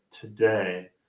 today